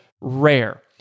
rare